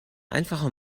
einfacher